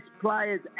players